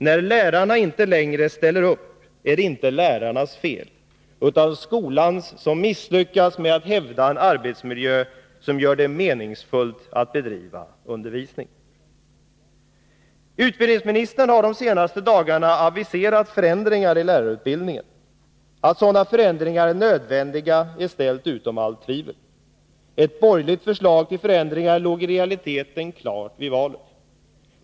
När lärare inte längre ställer upp är det inte lärarnas fel utan skolans som misslyckats med att hävda en arbetsmiljö som gör det meningsfullt att bedriva undervisning. Utbildningsministern har de senaste dagarna signalerat förändringar i lärarutbildningen. Att sådana förändringar är nödvändiga är ställt utom allt tvivel. Ett borgerligt förslag till förändringar låg i realiteten klart vid valet.